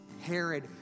Herod